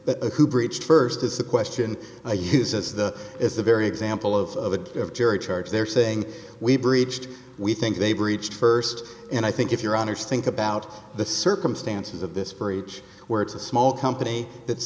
but who breached first is the question i use as that is the very example of the jury charge they're saying we breached we think they breached first and i think if your honour's think about the circumstances of this breach where it's a small company that